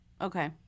Okay